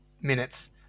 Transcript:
minutes